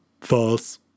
False